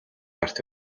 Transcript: гарт